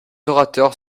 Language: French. orateurs